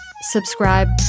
Subscribe